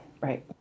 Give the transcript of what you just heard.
Right